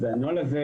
אז הנוהל הזה